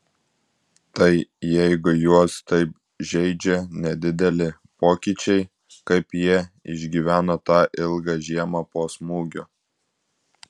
tai jeigu juos taip žeidžia nedideli pokyčiai kaip jie išgyveno tą ilgą žiemą po smūgio